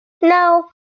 No